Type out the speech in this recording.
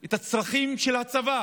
את הצרכים של הצבא